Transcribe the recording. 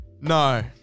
no